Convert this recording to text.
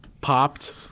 popped